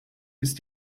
ist